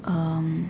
um